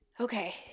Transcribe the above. okay